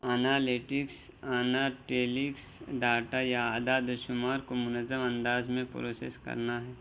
analytics analytics data یا اعداد و شمار کو منظم انداز میں پروسس کرنا ہے